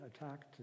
attacked